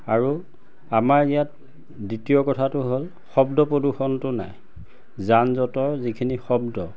আৰু আমাৰ ইয়াত দ্বিতীয় কথাটো হ'ল শব্দ প্ৰদূষণটো নাই যান জঁটৰ যিখিনি শব্দ